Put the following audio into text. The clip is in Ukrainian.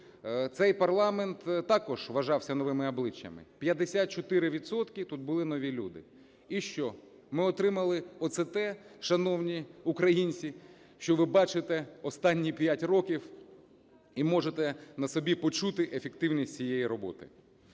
цей парламент також вважався новими обличчями. 54 відсотки тут були нові люди. І що? Ми отримали оце те, шановні українці, що ви бачите останні 5 років і можете на собі почути ефективність цієї роботи.